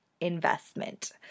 investment